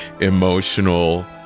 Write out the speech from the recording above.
emotional